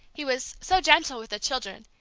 he was so gentle with the children,